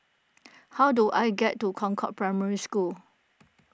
how do I get to Concord Primary School